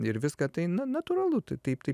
ir viską tai na natūralu tai taip taip